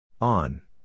On